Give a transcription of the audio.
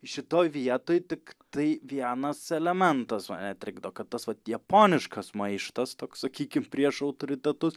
šitoj vietoj tiktai vienas elementas mane trikdo kad tas vat japoniškas maištas toks sakykim prieš autoritetus